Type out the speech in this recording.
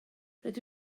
rydw